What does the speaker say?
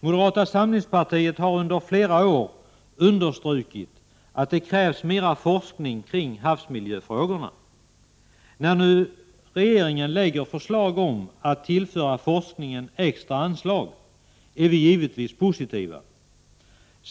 Moderata samlingspartiet har under flera år understrukit att det krävs mera forskning kring havsmiljöfrågorna. När nu regeringen lägger fram förslag om att tillföra forskningen extra anslag, är vi givetvis positiva till detta.